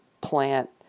plant